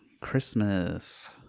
Christmas